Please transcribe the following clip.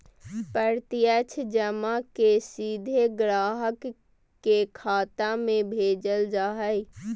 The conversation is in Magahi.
प्रत्यक्ष जमा के सीधे ग्राहक के खाता में भेजल जा हइ